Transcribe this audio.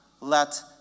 Let